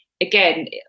again